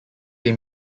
they